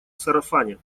сарафане